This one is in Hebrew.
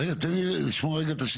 רגע תן לי לשמוע רגע.